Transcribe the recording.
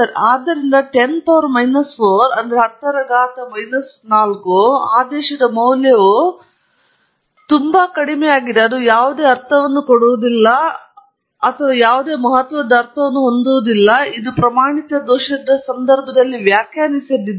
ಆದ್ದರಿಂದ 10 ವಿದ್ಯುತ್ ಮೈನಸ್ 4 ನ ಆದೇಶದ ಮೌಲ್ಯವು ಯಾವುದಾದರೂ ಅರ್ಥವನ್ನು ಕೊಡುವುದಿಲ್ಲ ಅಥವಾ ಯಾವುದೇ ಮಹತ್ವದ ಅರ್ಥವನ್ನು ಹೊಂದುವುದಿಲ್ಲ ಇದು ಪ್ರಮಾಣಿತ ದೋಷದ ಸಂದರ್ಭದಲ್ಲಿ ವ್ಯಾಖ್ಯಾನಿಸದಿದ್ದರೆ